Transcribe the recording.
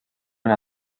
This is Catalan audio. una